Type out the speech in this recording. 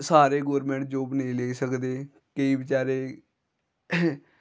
सारे government job नेईं लेई सकदे केईं बचैरे